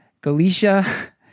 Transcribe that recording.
Galicia